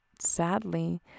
Sadly